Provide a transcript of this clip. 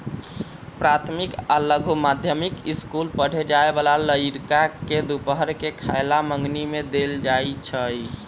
प्राथमिक आ लघु माध्यमिक ईसकुल पढ़े जाय बला लइरका के दूपहर के खयला मंग्नी में देल जाइ छै